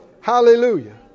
Hallelujah